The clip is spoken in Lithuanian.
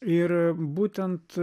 ir būtent